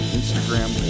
Instagram